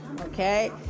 Okay